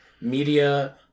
media